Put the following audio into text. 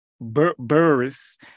Burris